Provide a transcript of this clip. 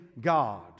God